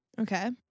Okay